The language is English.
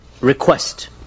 request